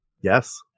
Yes